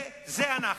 זה אנחנו.